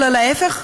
אלא להפך,